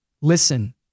listen